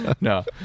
No